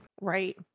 Right